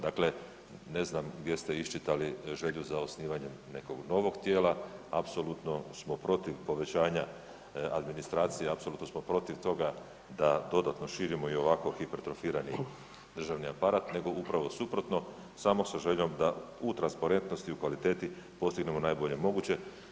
Dakle, ne znam gdje ste iščitali želju za osnivanjem nekog novog tijela, apsolutno smo protiv povećanja administracije i apsolutno smo protiv toga da dodatno širimo i ovako hipertrofirani državni aparat nego upravo suprotno, samo sa željom da u transparentnosti u kvaliteti postignemo najbolje moguće.